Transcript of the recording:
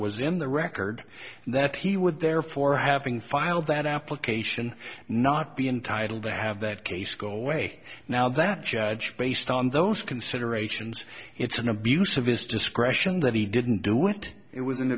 was in the record that he would therefore having filed that application not be entitled to have that case go away now that judge based on those considerations it's an abuse of his discretion that he didn't do it it was an